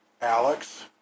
Alex